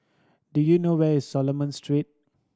do you know where is Coleman Street